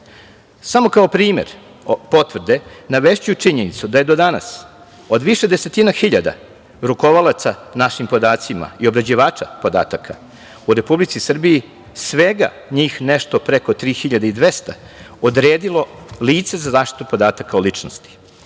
kao primer potvrde navešću činjenicu da je do danas od više desetine hiljada rukovalaca našim podacima i obrađivača podataka, u Republici Srbiji svega njih nešto preko 3.200 odredilo lice za zaštitu podataka o ličnosti,